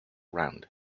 round